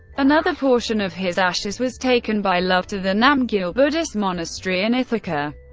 another portion of his ashes was taken by love to the namgyal buddhist monastery in ithaca,